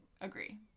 agree